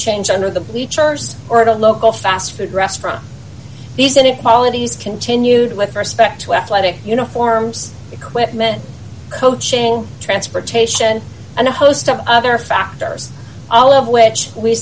change under the bleachers or at a local fast food restaurant these inequalities continued with respect to athletic uniforms equipment coaching transportation and a host of other factors all of which we